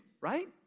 right